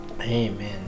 amen